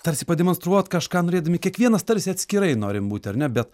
tarsi pademonstruot kažką norėdami kiekvienas tarsi atskirai norim būti ar ne bet